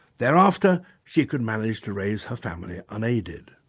thereafter she could manage to raise her family unaided.